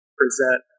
present